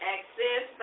Access